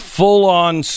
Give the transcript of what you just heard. full-on